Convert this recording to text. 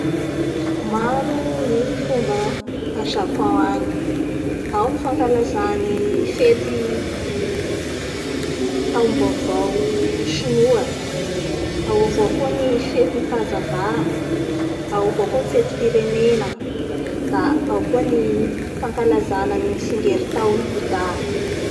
da tena maaza amindreo agny ny fotoa raiky antsoa hoe tee times io zany da fisotroa dite llafa tong gnamin'ny dimidimy tolandro igny.